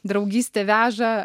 draugystė veža